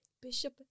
bishop